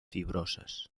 fibrosas